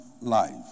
life